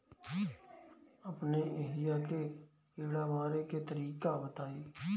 अपने एहिहा के कीड़ा मारे के तरीका बताई?